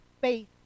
faith